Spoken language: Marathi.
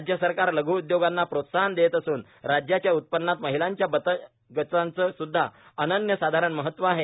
राज्य सरकार लष्ट्र उद्योगांना प्रोत्साहन देत असून राज्याच्या उत्पत्रात महिलांच्या बक्त गटांचे सुद्धा अनन्य सावारण महत्व आहे